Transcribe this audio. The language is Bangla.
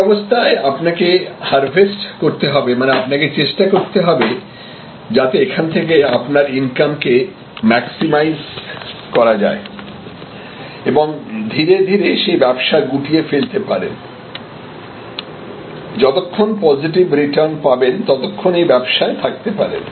সেই অবস্থায় আপনাকে হারভেস্ট করতে হবে মানে আপনাকে চেষ্টা করতে হবে যাতে এখান থেকে আপনার ইনকাম কে ম্যাক্সিমাইজ করা যায় এবং ধীরে সেই ব্যবসা গুটিয়ে ফেলতে পারেন যতক্ষণ পজিটিভ রিটার্ন পাবেন ততক্ষণ এই ব্যবসায় থাকতে পারেন